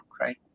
right